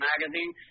magazine